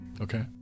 Okay